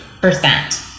Percent